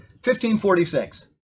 1546